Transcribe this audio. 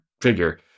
figure